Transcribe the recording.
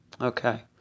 okay